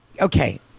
Okay